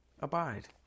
abide